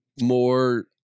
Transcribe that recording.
more